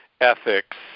ethics